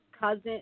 cousin